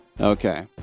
Okay